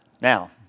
Now